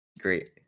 Great